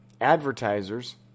advertisers